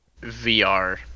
VR